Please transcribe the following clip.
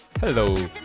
Hello